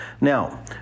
Now